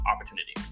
opportunity